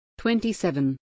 27